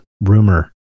rumor